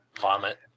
Vomit